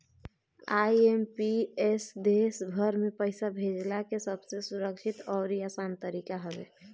IMPS देस भर में पईसा भेजला के सबसे सुरक्षित अउरी आसान तरीका हवे